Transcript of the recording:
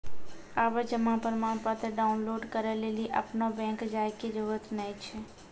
आबे जमा प्रमाणपत्र डाउनलोड करै लेली अपनो बैंक जाय के जरुरत नाय छै